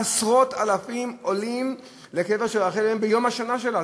עשרות אלפים עולים לקבר של רחל אמנו ביום השנה שלה.